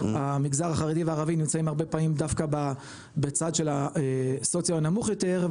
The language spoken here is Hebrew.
המגזר החרדי והערבי נמצאים הרבה פעמים דווקא בצד של הסוציו הנמוך יותר,